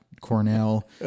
Cornell